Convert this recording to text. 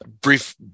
brief